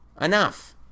Enough